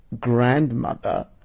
grandmother